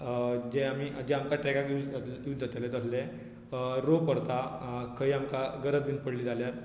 जे आमी जे आमकां ट्रॅकाक यूज जात यूज जातले तसले रोप व्हरता खंय आमकां गरज बीन पडली जाल्यार